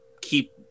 keep